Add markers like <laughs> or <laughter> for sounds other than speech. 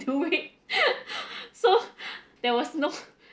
do it <laughs> so there was no